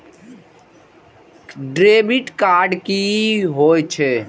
Debit card कि होई छै?